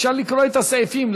אפשר לקרוא את הסעיפים,